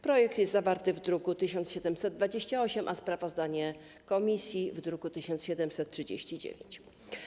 Projekt jest zawarty w druku nr 1728, a sprawozdanie komisji jest w druku nr 1739.